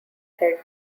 head